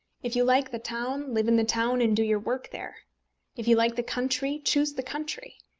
if you like the town, live in the town, and do your work there if you like the country, choose the country.